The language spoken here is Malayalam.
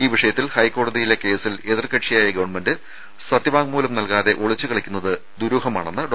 ഈ വിഷയത്തിൽ ഹൈക്കോടതിയിലെ കേസിൽ എതിർകക്ഷിയായ ഗവൺമെന്റ് സത്യവാങ്മൂലം നൽകാതെ ഒളിച്ചുകളിക്കുന്നത് ദുരൂഹമാണെന്ന് ഡോ